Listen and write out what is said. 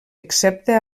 excepte